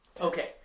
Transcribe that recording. Okay